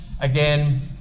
again